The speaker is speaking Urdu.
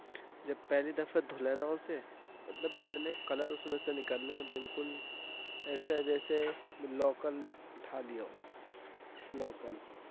جب پہلی دفعہ دھلا نا اسے مطلب اتنے کلر اس میں سے نکل لہے ہیں بالکل ایسا جیسے لوکل اٹھا لیا ہو لوکل